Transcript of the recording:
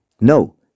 No